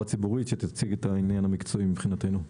הציבורית שתציג את העניין המקצועי מבחינתנו.